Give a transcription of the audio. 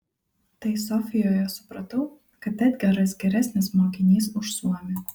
tai sofijoje supratau kad edgaras geresnis mokinys už suomį